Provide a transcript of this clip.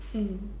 mm